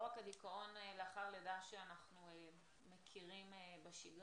רק הדיכאון לאחר לידה שאנחנו מכירים בשגרה,